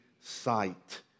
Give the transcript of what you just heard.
sight